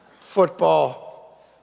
football